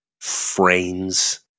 frames